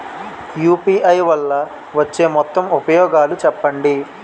UPI వల్ల వచ్చే మొత్తం ఉపయోగాలు చెప్పండి?